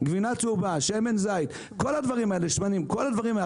גבינה צהובה, שמן זית, שמנים, כל הדברים האלה.